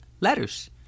letters